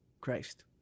Christ